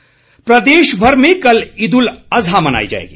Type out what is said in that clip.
ईद प्रदेशभर में कल ईद उल अज़्हा मनाई जाएगी